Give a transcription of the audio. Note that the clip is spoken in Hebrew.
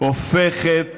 הופכת